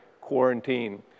quarantine